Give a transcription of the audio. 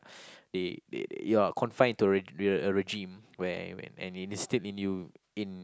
they they you are confined to a re~ a regime where where and they instilled in you in